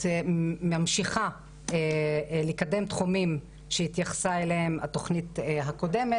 ממשיכה לקדם תחומים שהתייחסה אליהם התוכנית הקודמת